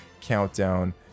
countdown